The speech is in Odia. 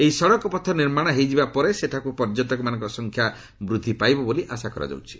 ଏହି ସଡ଼କ ପଥ ନିର୍ମାଣ ହୋଇଯିବା ପରେ ସେଠାକୁ ପର୍ଯ୍ୟଟକମାନଙ୍କ ସଂଖ୍ୟା ବୃଦ୍ଧି ପାଇବ ବୋଲି ଆଶା କରାଯାଉଛି